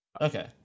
Okay